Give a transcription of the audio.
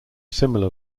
similar